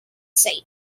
shape